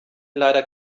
leider